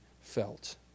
felt